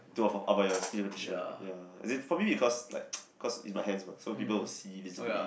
to about about your skin condition ya as in for me because like cause is my hands mah so people will see visibly